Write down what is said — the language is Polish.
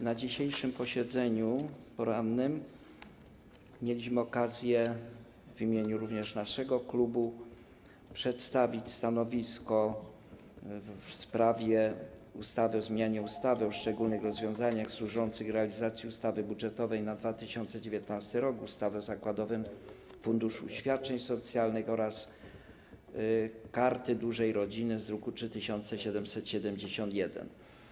Na dzisiejszym posiedzeniu porannym mieliśmy okazję w imieniu również naszego klubu przedstawić stanowisko w sprawie ustawy o zmianie ustawy o szczególnych rozwiązaniach służących realizacji ustawy budżetowej na rok 2019, ustawy o zakładowym funduszu świadczeń socjalnych oraz ustawy o Karcie Dużej Rodziny z druku nr 3771.